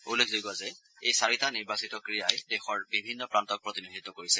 উল্লেখযোগ্য যে এই চাৰিটা নিৰ্বাচিত ক্ৰীড়াই দেশৰ বিভিন্ন প্ৰান্তক প্ৰতিনিধিত্ব কৰিছে